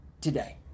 today